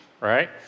right